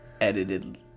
edited